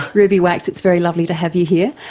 ruby wax it's very lovely to have you here.